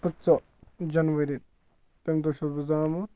پٕنٛژٕہ جَنؤری تَمہِ دۄہ چھُس بہٕ زامُت